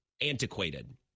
antiquated